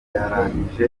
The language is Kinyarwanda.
yarangije